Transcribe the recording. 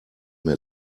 mehr